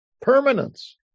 permanence